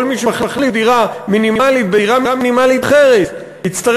כל מי שמחליף דירה מינימלית בדירה מינימלית אחרת יצטרך